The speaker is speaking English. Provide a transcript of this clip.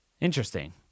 interesting